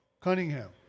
Cunningham